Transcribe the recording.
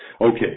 Okay